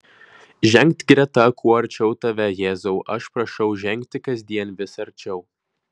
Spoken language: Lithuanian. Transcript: žengt greta kuo arčiau tave jėzau aš prašau žengti kasdien vis arčiau